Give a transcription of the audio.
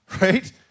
Right